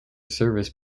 service